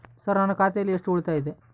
Sir ನನ್ನ ಖಾತೆಯಲ್ಲಿ ಎಷ್ಟು ಉಳಿತಾಯ ಇದೆ?